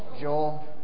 Joel